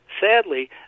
Sadly